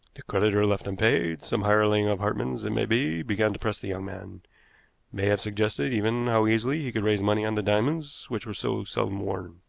the creditor left unpaid, some hireling of hartmann's it may be, began to press the young man may have suggested, even, how easily he could raise money on the diamonds, which were so seldom worn.